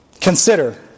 Consider